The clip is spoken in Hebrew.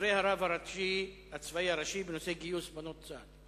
דברי הרב הצבאי הראשי בנושא שירות הבנות לצה"ל,